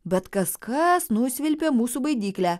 bet kaskas nusvilpė mūsų baidyklę